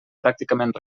pràcticament